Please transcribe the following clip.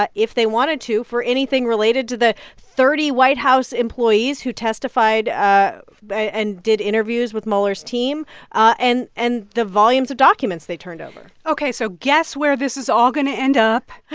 but if they wanted to, for anything related to the thirty white house employees who testified ah and did interviews with mueller's team and and the volumes of documents they turned over ok. so guess where this is all going to end up?